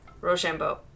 Rochambeau